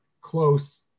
close